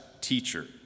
teacher